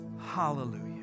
Hallelujah